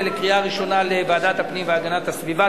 להכנה לקריאה ראשונה לוועדת הפנים והגנת הסביבה.